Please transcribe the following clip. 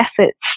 efforts